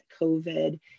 COVID